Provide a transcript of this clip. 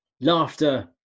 laughter